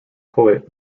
poet